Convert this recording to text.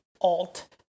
alt